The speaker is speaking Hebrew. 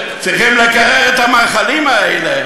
צריכים לקרר את המאכלים האלה.